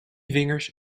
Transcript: vingers